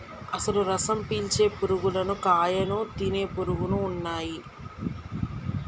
అసలు రసం పీల్చే పురుగులు కాయను తినే పురుగులు ఉన్నయ్యి